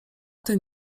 ten